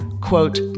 quote